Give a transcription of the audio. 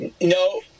No